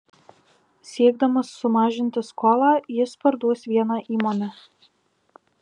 siekdamas sumažinti skolą jis parduos vieną įmonę